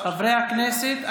חברי הכנסת,